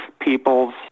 people's